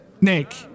Nick